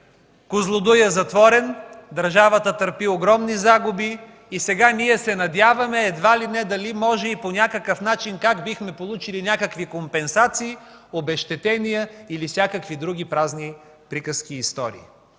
„Козлодуй” е затворен, държавата търпи огромни загуби и сега ние се надяваме едва ли не дали може и по някакъв начин как бихме получили някакви компенсации, обезщетения или всякакви други празни приказки и истории.